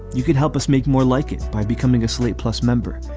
you can help us make more like it by becoming a slate plus member.